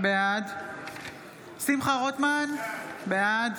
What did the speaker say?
בעד שמחה רוטמן, בעד